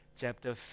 chapter